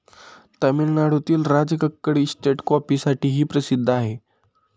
तामिळनाडूतील राजकक्कड इस्टेट कॉफीसाठीही प्रसिद्ध आहे